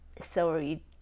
sorry